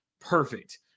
Perfect